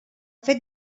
fet